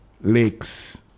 lakes